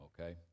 okay